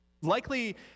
Likely